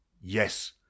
yes